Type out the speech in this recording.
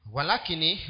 Walakini